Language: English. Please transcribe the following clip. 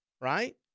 right